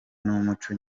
n’umuco